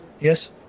yes